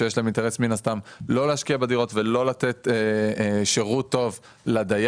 שיש להם אינטרס לא להשקיע בדירות ולא לתת שירות טוב לדייר,